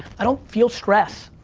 i don't feel stressed.